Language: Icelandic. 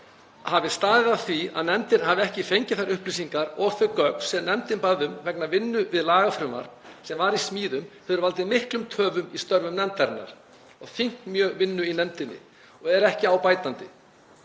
hafi staðið að því að nefndin hafi ekki fengið þær upplýsingar og þau gögn sem nefndin bað um, vegna vinnu við lagafrumvarp sem var í smíðum, hefur valdið miklum töfum í störfum nefndarinnar og þyngt mjög vinnu í nefndinni og er ekki á bætandi.